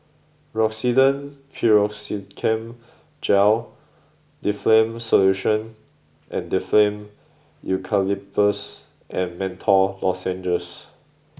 Rosiden Piroxicam Gel Difflam Solution and Difflam Eucalyptus and Menthol Lozenges